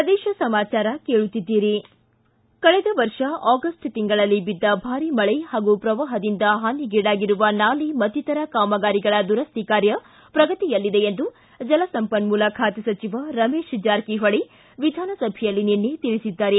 ಪ್ರದೇಶ ಸಮಾಚಾರ ಕೇಳುತ್ತೀದ್ದಿರಿ ಕಳೆದ ವರ್ಷ ಆಗಸ್ಟ್ ತಿಂಗಳಲ್ಲಿ ಬಿದ್ದ ಭಾರಿ ಮಳೆ ಹಾಗೂ ಪ್ರವಾಹದಿಂದ ಹಾನಿಗೀಡಾಗಿರುವ ನಾಲೆ ಮತ್ತಿತರ ಕಾಮಗಾರಿಗಳ ದುರಸ್ತಿ ಕಾರ್ಯ ಪ್ರಗತಿಯಲ್ಲಿದೆ ಎಂದು ಜಲಸಂಪನ್ಮೂಲ ಖಾತೆ ಸಚಿವ ರಮೇಶ್ ಜಾರಕಿಹೊಳಿ ವಿಧಾನಸಭೆಯಲ್ಲಿ ನಿನ್ನೆ ತಿಳಿಸಿದ್ದಾರೆ